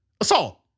Assault